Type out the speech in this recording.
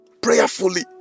prayerfully